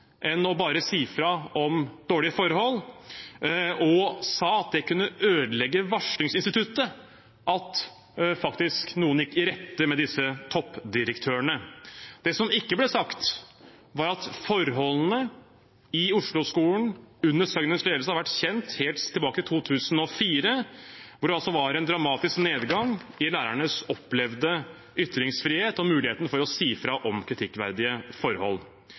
bare å si fra om dårlige forhold, og sa at det faktisk kunne ødelegge varslingsinstituttet at noen gikk i rette med disse toppdirektørene. Det som ikke ble sagt, var at forholdene i Osloskolen under Søgnens ledelse har vært kjent helt tilbake til 2004, da det var en dramatisk nedgang i lærernes opplevde ytringsfrihet og muligheten for å si fra om kritikkverdige forhold.